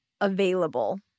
available